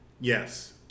Yes